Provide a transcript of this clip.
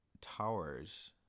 towers